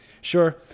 Sure